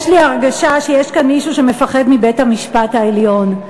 יש לי הרגשה שיש כאן מישהו שמפחד מבית-המשפט העליון,